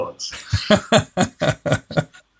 thoughts